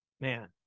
man